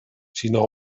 sinó